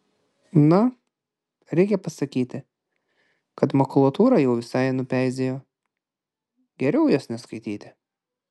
na reikia pasakyti kad makulatūra jau visai nupeizėjo geriau jos neskaityti